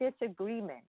disagreement